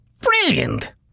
Brilliant